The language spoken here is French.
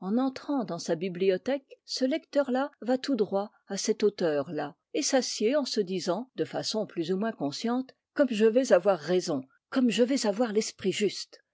en entrant dans sa bibliothèque ce lecteur là va tout droit à cet auteur là et s'assied en se disant de façon plus ou moins consciente comme je vais avoir raison comme je vais avoir l'esprit juste